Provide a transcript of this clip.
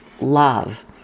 love